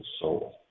soul